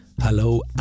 Hello